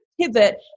pivot